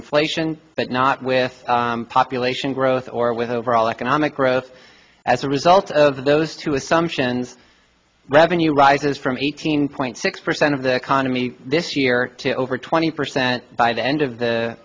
inflation but not with population growth or with overall economic growth as a result of those two assumptions revenue rises from eighteen point six percent of the economy this year to over twenty percent by the end of the